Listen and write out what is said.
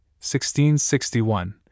1661